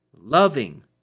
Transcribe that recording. loving